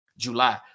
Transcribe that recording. july